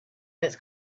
its